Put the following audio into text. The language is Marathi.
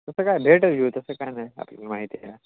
तसं काय नाही भेटही घेऊ तसं काय नाही आपल्याली माहिती आहे